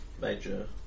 Major